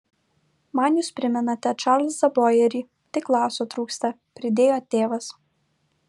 man jūs primenate čarlzą bojerį tik laso trūksta pridėjo tėvas